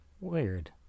weird